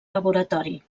laboratori